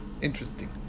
Interesting